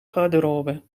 garderobe